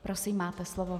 Prosím, máte slovo.